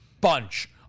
bunch